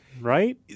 right